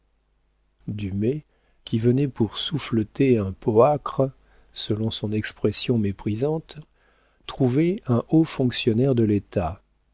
qui venait pour souffleter un poâcre selon son expression méprisante trouvait un haut fonctionnaire de l'état